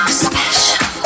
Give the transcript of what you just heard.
special